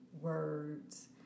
words